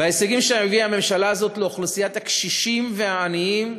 וההישגים שהביאה הממשלה הזאת לאוכלוסיית הקשישים והעניים,